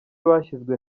bashyize